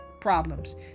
problems